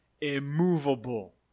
immovable